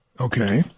Okay